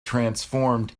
transformed